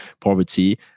poverty